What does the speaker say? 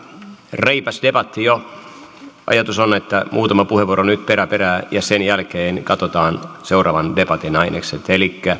reippaan debatin ajatus on että otetaan nyt muutama puheenvuoro perä perään ja sen jälkeen katsotaan seuraavan debatin ainekset